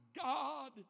God